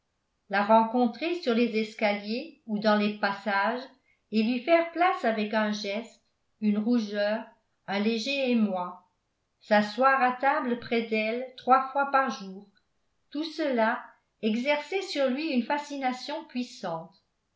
la rencontrer sur les escaliers ou dans les passages et lui faire place avec un geste une rougeur un léger émoi s'asseoir à table près d'elle trois fois par jour tout cela exerçait sur lui une fascination puissante